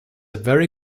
very